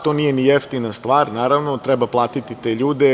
To nije ni jeftina stvar, naravno, treba platiti te ljude.